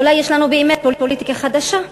אולי יש לנו באמת פוליטיקה חדשה.